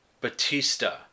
Batista